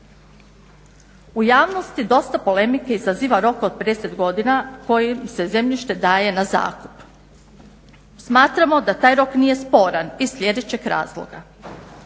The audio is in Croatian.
U javnosti dosta polemike izaziva rok od 50 godina kojim se zemljište daje na zakup. Smatramo da taj rok nije sporan iz sljedećeg razloga.